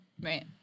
Right